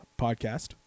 podcast